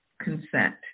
consent